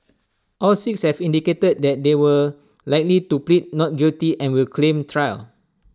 all six have indicated that they were likely to plead not guilty and will claim trial